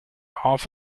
half